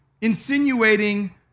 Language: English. insinuating